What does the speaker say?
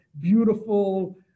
beautiful